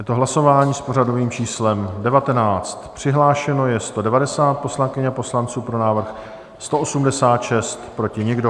Je to hlasování s pořadovým číslem 19, přihlášeno je 190 poslankyň a poslanců, pro návrh 186, proti nikdo.